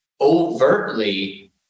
overtly